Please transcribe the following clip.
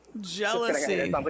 jealousy